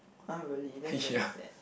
[huh] really that's very sad